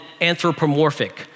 anthropomorphic